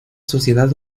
sociedad